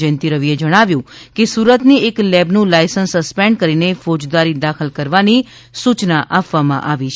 જયંતી રવિ એ જણાવ્યું હતું કે સુરતની એક લેબનું લાયસન્સ સસ્પેન્ડ કરીને ફોજદારી દાખલ કરવાની સૂચના આપવામાં આવી છે